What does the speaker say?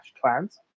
clans